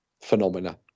phenomena